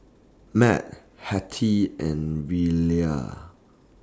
Mat Hattie and Rilla